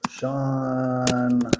Sean